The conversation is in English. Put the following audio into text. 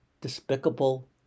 despicable